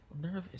nervous